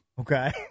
Okay